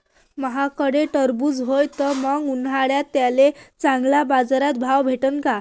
माह्याकडं टरबूज हाये त मंग उन्हाळ्यात त्याले चांगला बाजार भाव भेटन का?